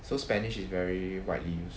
so spanish is very widely used